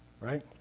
right